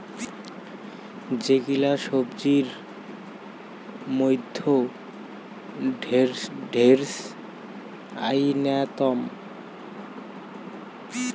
যেগিলা সবজির মইধ্যে ঢেড়স অইন্যতম